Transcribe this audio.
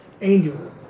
Angel